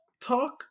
talk